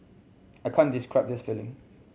I can't describe this feeling